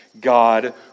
God